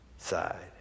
Side